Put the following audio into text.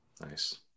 Nice